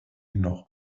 noch